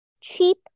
cheap